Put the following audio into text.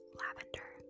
lavender